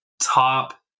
top